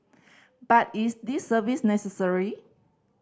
but is this service necessary